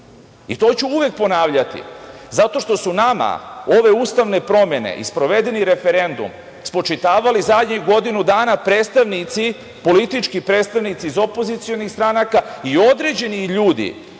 To ću uvek ponavljati zato što su nama ove ustavne promene i sprovedeni referendum spočitavali zadnjih godinu dana predstavnici, politički predstavnici iz opozicionih stranaka i određeni ljudi